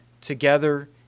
together